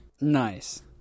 Nice